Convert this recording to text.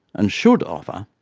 and should offer,